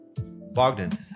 Bogdan